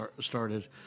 started